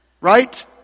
Right